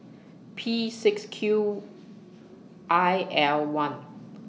P six Q I L one